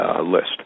list